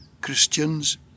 Christians